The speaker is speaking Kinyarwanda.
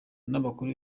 n’abakuru